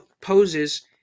poses